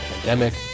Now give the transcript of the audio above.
pandemic